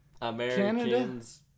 Americans